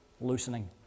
loosening